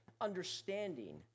understanding